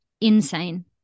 insane